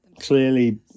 clearly